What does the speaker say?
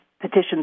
petitions